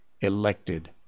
elected